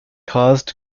caused